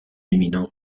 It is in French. éminents